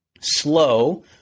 slow